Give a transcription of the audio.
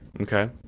Okay